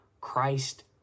Christ